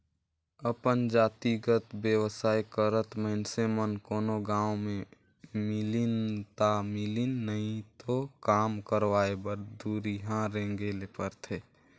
अपन जातिगत बेवसाय करत मइनसे मन कोनो गाँव में मिलिन ता मिलिन नई तो काम करवाय बर दुरिहां रेंगें ले परथे